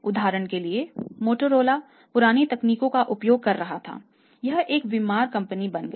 उदाहरण के लिए मोटोरोला पुरानी तकनीकों का उपयोग कर रहा था यह एक बीमार कंपनी बन गई